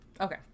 Okay